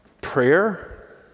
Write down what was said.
Prayer